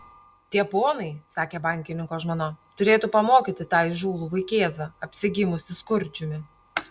tie ponai sakė bankininko žmona turėtų pamokyti tą įžūlų vaikėzą apsigimusį skurdžiumi